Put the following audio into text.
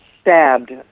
stabbed